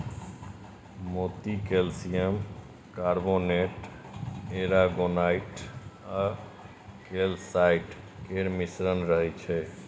मोती calcium carbonate, aragonite आ calcite केर मिश्रण रहय छै